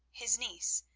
his niece,